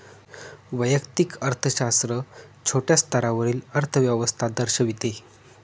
वैयक्तिक अर्थशास्त्र छोट्या स्तरावरील अर्थव्यवस्था दर्शविते